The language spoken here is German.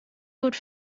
gut